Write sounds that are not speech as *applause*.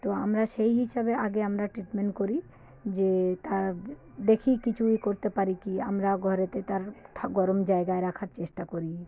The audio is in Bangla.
তো আমরা সেই হিসাবে আগে আমরা ট্রিটমেন্ট করি যে তার দেখি কিছু করতে পারি কী আমরা ঘরেতে তার *unintelligible* গরম জায়গায় রাখার চেষ্টা করি